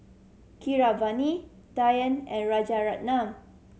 Keeravani Dhyan and Rajaratnam